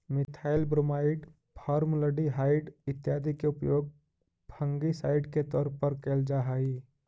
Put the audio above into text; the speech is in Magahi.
मिथाइल ब्रोमाइड, फॉर्मलडिहाइड इत्यादि के उपयोग फंगिसाइड के तौर पर कैल जा हई